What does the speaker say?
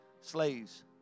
Slaves